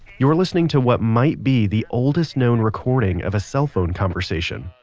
you're listening to what might be the oldest known recording of a cell phone conversation,